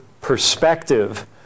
perspective